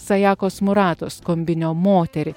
sajakos muratos kombinio moterį